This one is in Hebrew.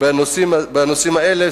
בנושאים האלה,